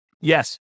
Yes